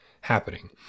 happening